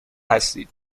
هستید